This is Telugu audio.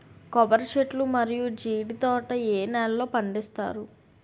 కొబ్బరి చెట్లు మరియు జీడీ తోట ఏ నేలల్లో పండిస్తారు?